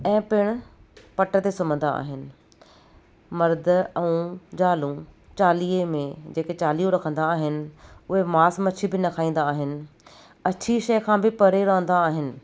ऐं पिणु पट ते सुम्हंदा आहिनि मर्द ऐं जालूं चालीहे में जेके चालीहो रखंदा आहिनि उहे मांस मच्छी बि न खाईंदा आहिनि अछी शइ खां बि परे रहंदा आहिनि